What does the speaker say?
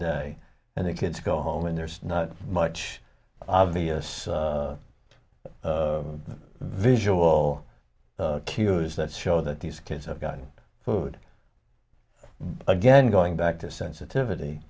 day and the kids go home and there's not much obvious visual cues that show that these kids have gotten food again going back to sensitivity